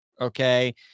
okay